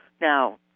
Now